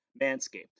Manscaped